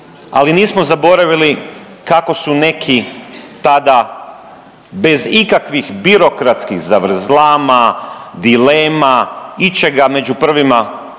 ali nismo zaboravili kako su neki tada bez ikakvih birokratskih zavrzlama, dilema, ičega među prvima